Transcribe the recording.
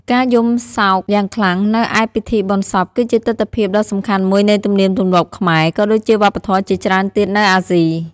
ការយំសោកយ៉ាងខ្លាំងនៅឯពិធីបុណ្យសព គឺជាទិដ្ឋភាពដ៏សំខាន់មួយនៃទំនៀមទម្លាប់ខ្មែរ ក៏ដូចជាវប្បធម៌ជាច្រើនទៀតនៅអាស៊ី។